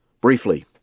briefly